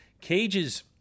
Cage's